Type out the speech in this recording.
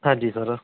ਹਾਂਜੀ ਸਰ